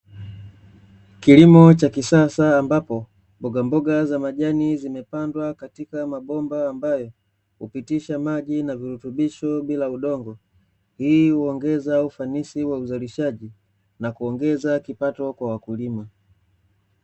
Kilimo cha kisasa, ambapo mbogamboga za majani zimepandwa katika mabomba ambayo hupitisha maji na virutubisho bila udongo. Hii kuongeza ufanisi wa uzalishaji na kuongeza kipato kwa wakulima.